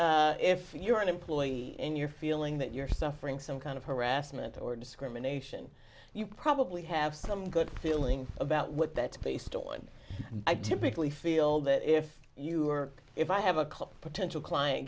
if you're an employee and you're feeling that you're suffering some kind of harassment or discrimination you probably have some good feeling about what that's based on i typically feel that if you are if i have a call potential client